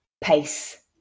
pace